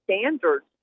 standards